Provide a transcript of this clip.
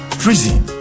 prison